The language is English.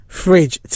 fridge